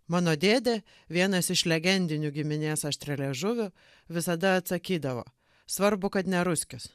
mano dėdė vienas iš legendinių giminės aštrialiežuvių visada atsakydavo svarbu kad ne ruskis